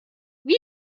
wie